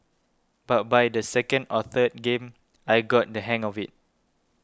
but by the second or third game I got the hang of it